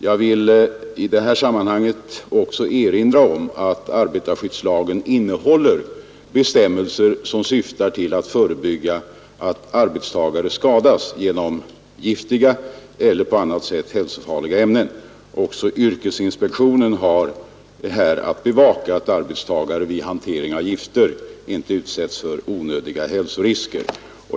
Jag vill i detta sammanhang också erinra om att arbetarskyddslagen innehåller bestämmelser som syftar till att förebygga att arbetstagare skadas genom giftiga eller på annat sätt hälsofarliga ämnen. Också yrkesinspektionen har att bevaka att arbetstagare vid hantering av gifter inte utsätts för onödiga hälsorisker.